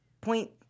point